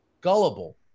gullible